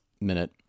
minute